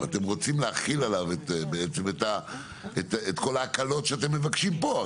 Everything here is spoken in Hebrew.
אתם רוצים להחיל עליו את כל ההקלות שאתם מבקשים פה.